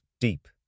deep